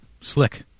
slick